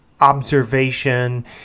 observation